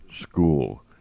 School